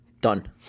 Done